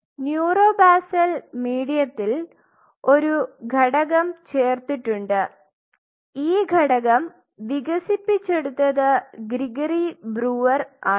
neuro basal മീഡിയത്തിൽ ഒരു ഘടകം ചേർത്തിട്ടുണ്ട് ഈ ഘടകം വികസിപ്പിച്ചെടുത്തത് ഗ്രിഗറി ബ്രൂവർ ആണ്